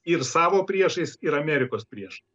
ir savo priešais ir amerikos priešai